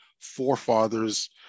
forefathers